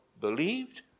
believed